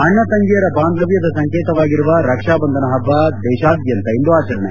ಅಣ್ಣ ತಂಗಿಯರ ಬಾಂಧವ್ನದ ಸಂಕೇತವಾಗಿರುವ ರಕ್ಷಾ ಬಂಧನ ಹಬ್ಲ ದೇಶಾದ್ನಂತ ಇಂದು ಆಚರಣೆ